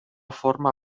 forma